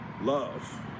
love